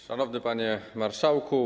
Szanowny Panie Marszałku!